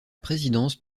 présidence